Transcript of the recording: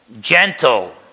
gentle